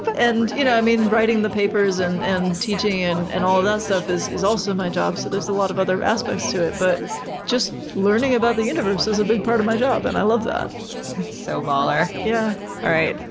and you know i mean, writing the papers and and teaching and and all of that stuff is is also my job so there's a lot of other aspects to it but just learning about the universe is a big part of my job and i love that. that's so baller. yeah. all right,